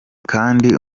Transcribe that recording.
kandi